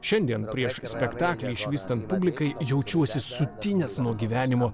šiandien prieš spektaklį išvystant publikai jaučiuosi sutinęs nuo gyvenimo